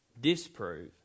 disprove